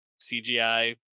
CGI